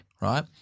right